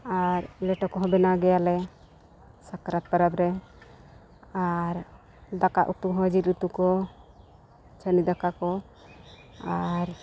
ᱟᱨ ᱞᱮᱴᱚ ᱠᱚᱦᱚᱸ ᱵᱮᱱᱱᱟᱣ ᱜᱮᱭᱟᱞᱮ ᱥᱟᱠᱨᱟᱛ ᱯᱚᱨᱚᱵᱽ ᱨᱮ ᱟᱨ ᱫᱟᱠᱟᱼᱩᱛᱩ ᱦᱚᱸ ᱡᱤᱞ ᱩᱛᱩ ᱠᱚ ᱪᱷᱟᱹᱱᱤ ᱫᱟᱠᱟ ᱠᱚ ᱟᱨ